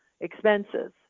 expenses